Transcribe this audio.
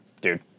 dude